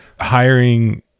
hiring